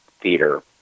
theater